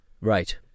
right